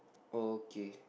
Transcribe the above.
okay